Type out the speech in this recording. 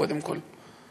קודם כול.